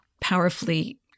powerfully